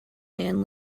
man